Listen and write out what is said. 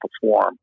perform